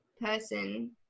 person